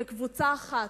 כקבוצה אחת,